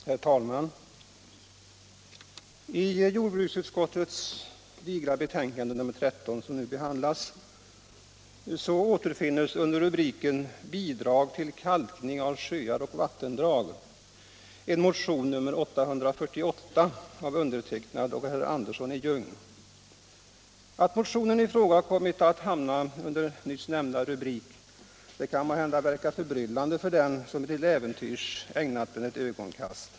Herr talman! I jordbruksutskottets digra betänkande nr 13, som nu behandlas, återfinns under rubriken ”Bidrag till kalkning av sjöar och vattendrag” motionen nr 848 av herr Andersson i Ljung och mig. Att motionen i fråga kommit att hamna under nyss nämnda rubrik kan måhända verka förbryllande för den som till äventyrs ägnat den ett ögonkast.